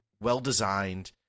well-designed